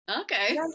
Okay